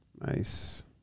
Nice